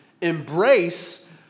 embrace